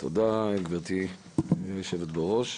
תודה גבירתי יושבת-הראש.